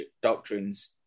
doctrines